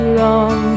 long